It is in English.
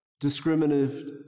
Discriminative